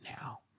now